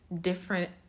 different